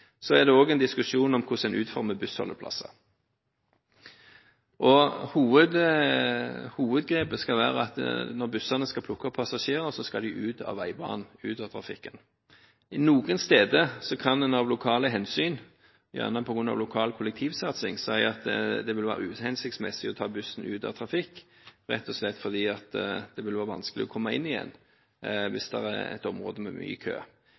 er det også en diskusjon om hvordan en utformer bussholdeplasser. Hovedgrepet skal være at når bussene skal plukke opp passasjerer, skal de ut av veibanen, ut av trafikken. Noen steder kan en av lokale hensyn, gjerne på grunn av lokal kollektivsatsing, si at det ville være uhensiktsmessig å ta bussen ut av trafikk, rett og slett fordi det vil være vanskelig å komme inn igjen hvis det er et område med mye kø.